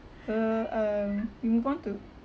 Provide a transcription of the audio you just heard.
uh um we move on to